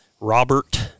Robert